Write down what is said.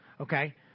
okay